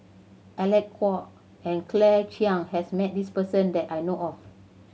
Alec Kuok and Claire Chiang has met this person that I know of